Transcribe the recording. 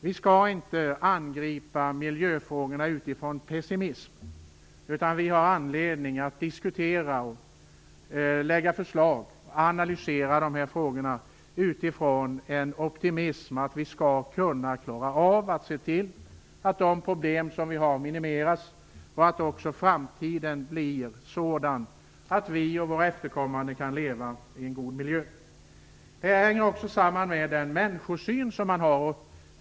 Vi skall inte angripa miljöfrågorna utifrån pessimism, utan vi har anledning att diskutera, lägga fram förslag och analysera de här frågorna utifrån en optimism, utifrån att vi skall kunna klara av att se till att de problem vi har minimeras och att också framtiden blir sådan att vi och våra efterkommande kan leva i en god miljö. Det här hänger också samman med den människosyn man har.